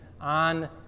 on